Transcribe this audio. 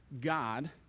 God